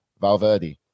Valverde